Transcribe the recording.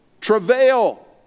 travail